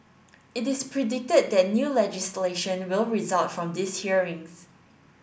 it is predicted that new legislation will result from these hearings